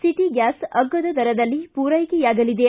city gas ಅಗ್ಗದ ದರದಲ್ಲಿ ಪೂರೈಕೆಯಾಗಲಿದೆ